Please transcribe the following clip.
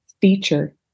feature